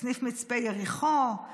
סניף מצפה יריחו,